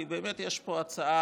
כי באמת יש פה הצעה